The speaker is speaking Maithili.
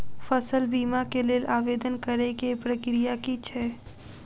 फसल बीमा केँ लेल आवेदन करै केँ प्रक्रिया की छै?